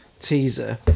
teaser